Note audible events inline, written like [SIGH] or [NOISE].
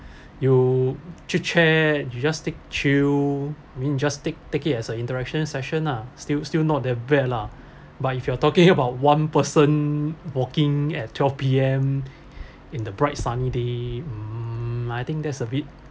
you chit chat you just stay chill I mean just take take it as an interaction session lah still still not that bad lah [BREATH] but if you are talking about one person walking at twelve P_M [BREATH] in the bright sunny day (mm)I think there's a bit